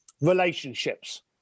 relationships